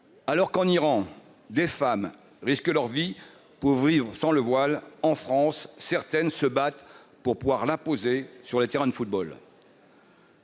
Alors qu'en Iran des femmes risquent leur vie pour vivre sans le voile, en France, certaines se battent pour pouvoir l'imposer sur un terrain de football.